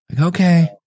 okay